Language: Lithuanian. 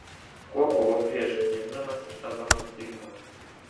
kuo buvau prieš gimdamas ir tapdamas zbignevu